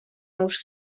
już